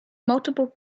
multiple